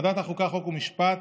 ועדת החוקה חוק ומשפט: